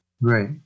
Right